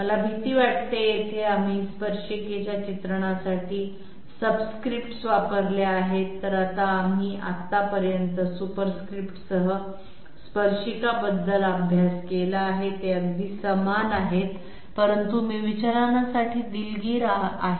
मला भीती वाटते येथे आम्ही स्पर्शिकेच्या चित्रणासाठी सबस्क्रिप्ट्स वापरल्या आहेत तर आम्ही आतापर्यंत सुपरस्क्रिप्टसह स्पर्शिका बद्दल अभ्यास केला आहे ते अगदी समान आहेत परंतु मी विचलनासाठी दिलगीर आहोत